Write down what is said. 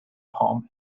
poem